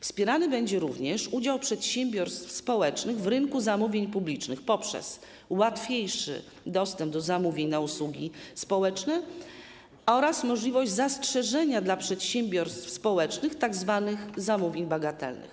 Wspierany będzie również udział przedsiębiorstw społecznych w rynku zamówień publicznych poprzez łatwiejszy dostęp do zamówień na usługi społeczne oraz możliwość zastrzeżenia dla przedsiębiorstw społecznych tzw. zamówień bagatelnych.